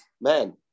man